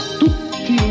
tutti